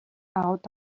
out